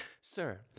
Sir